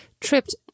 Tripped